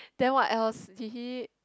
then what else did he